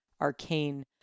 arcane